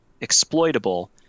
exploitable